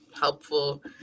helpful